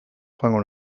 joango